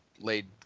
laid